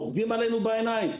אתם עובדים עלינו בעיניים.